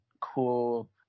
cool